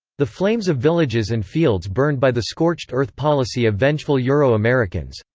the flames of villages and fields burned by the scorched-earth policy of vengeful euro-americans.